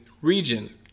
region